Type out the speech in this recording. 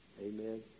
Amen